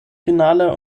finale